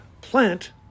plant